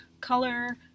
color